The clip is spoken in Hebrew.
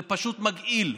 זה פשוט מגעיל.